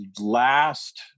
last